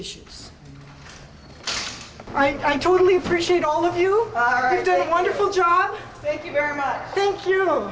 issues i totally appreciate all of you are doing wonderful job thank you very much i think you know